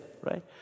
right